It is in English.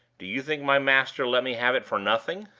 do you think my master let me have it for nothing?